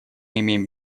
имеем